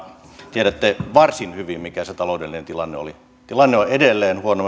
tiedätte varsin hyvin mikä se taloudellinen tilanne oli tilanne on edelleen huono